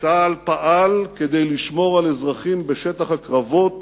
"צה"ל פעל כדי לשמור על אזרחים בשטח הקרבות